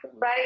Bye